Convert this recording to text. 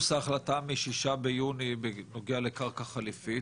ההחלטה מ-6 ביוני בנוגע לקרקע חליפית,